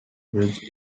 bridge